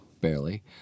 Barely